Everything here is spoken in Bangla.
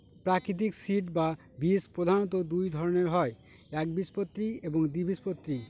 প্রাকৃতিক সিড বা বীজ প্রধানত দুই ধরনের হয় একবীজপত্রী এবং দ্বিবীজপত্রী